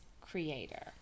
creator